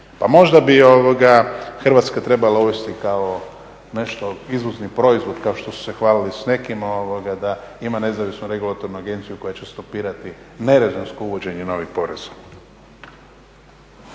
možda bi Hrvatska uvesti kao nešto izvozni proizvod kao što su se hvalili s nekim da ima nezavisnu regulatornu agenciju koja će stopirati nerezonsko uvođenje novih poreza.